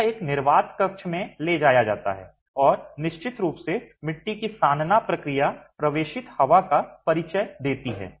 तो यह एक निर्वात कक्ष में ले जाया जाता है और निश्चित रूप से मिट्टी की सानना प्रक्रिया प्रवेशित हवा का परिचय देती है